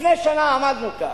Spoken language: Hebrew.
לפני שנה עמדנו כאן,